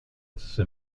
use